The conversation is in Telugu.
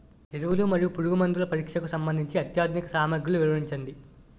ఎరువులు మరియు పురుగుమందుల పరీక్షకు సంబంధించి అత్యాధునిక సామగ్రిలు వివరించండి?